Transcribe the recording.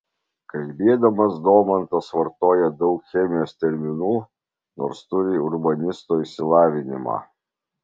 kalbėdamas domantas vartoja daug chemijos terminų nors turi urbanisto išsilavinimą